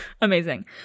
amazing